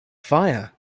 fire